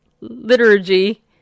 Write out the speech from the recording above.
liturgy